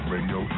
Radio